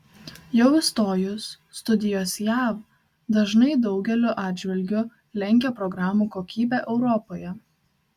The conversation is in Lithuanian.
jau įstojus studijos jav dažnai daugeliu atžvilgiu lenkia programų kokybę europoje